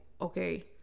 okay